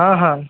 ହଁ ହଁ